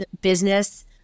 business